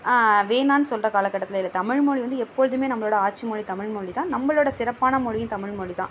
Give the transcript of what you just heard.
வேணாம்னு சொல்கிற காலகட்டத்தில் இல்லை தமிழ்மொழி வந்து எப்பொழுதுமே நம்மளோடய ஆட்சி மொழி தமிழ்மொழி தான் நம்மளோடய சிறப்பான மொழியும் தமிழ்மொழி தான்